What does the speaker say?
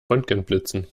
röntgenblitzen